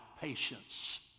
patience